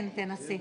כן, תנסי.